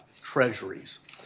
treasuries